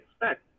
expect